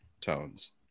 tones